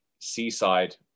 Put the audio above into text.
seaside